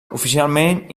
oficialment